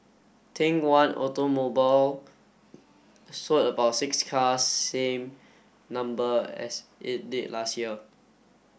think One Automobile sold about six cars same number as it did last year